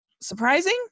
surprising